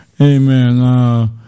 Amen